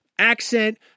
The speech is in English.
Accent